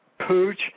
Pooch